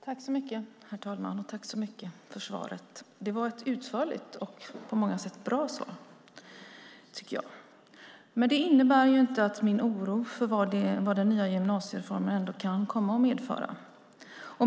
Herr talman! Jag tackar utbildningsministern för svaret. Det var ett utförligt och på många sätt bra svar. Men jag känner ändå oro för vad den nya gymnasiereformen kan komma att medföra.